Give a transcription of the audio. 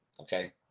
okay